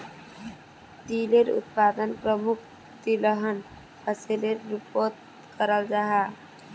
तिलेर उत्पादन प्रमुख तिलहन फसलेर रूपोत कराल जाहा